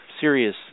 serious